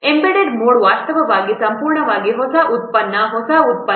embedded mode ವಾಸ್ತವವಾಗಿ ಸಂಪೂರ್ಣವಾಗಿ ಹೊಸ ಉತ್ಪನ್ನ ಹೊಸ ಉತ್ಪನ್ನ